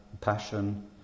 passion